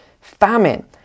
famine